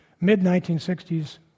mid-1960s